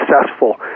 successful